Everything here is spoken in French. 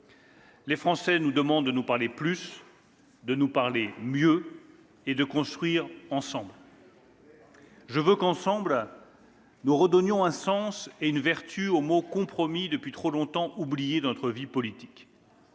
Les Français nous demandent de nous parler plus, de nous parler mieux, et de construire ensemble. Nous répondrons présent. « Je veux que, ensemble, nous redonnions un sens et une vertu au mot " compromis ", depuis trop longtemps oublié dans notre vie politique.